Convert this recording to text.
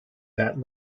that